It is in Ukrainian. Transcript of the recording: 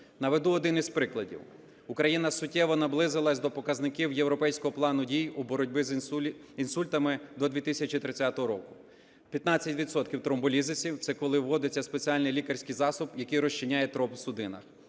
Наведу один із прикладів. Україна суттєво наблизилась до показників європейського плану дій у боротьбі з інсультами до 2030 року. 15 відсотків тромболізисів, це коли вводиться спеціальний лікарський засіб, який розчиняє тромб у судинах,